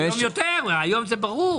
היום יותר, זה ברור.